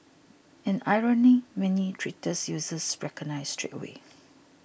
an irony many Twitter users recognised straight away